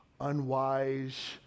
Unwise